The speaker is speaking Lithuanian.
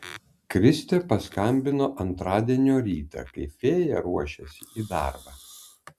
kristė paskambino antradienio rytą kai fėja ruošėsi į darbą